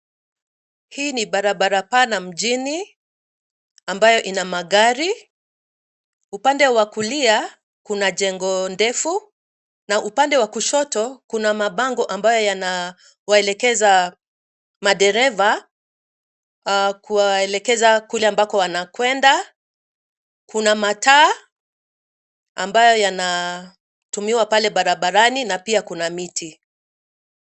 Hii ni barabara pana mjini ambayo ina magari. Upande wa kulia kuna jengo ndefu na upande wa kushoto kuna mabango ambayo yanawaelekeza madereva, kuwaelekeza kule ambako wanakwenda. Kuna mataa ambayo yanatumiwa pale barabarani na pia kuna miti.